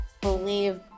believe